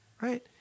Right